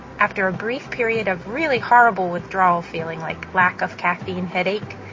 after a brief period of really horrible withdrawal feeling, like lack-of-caffeine headache,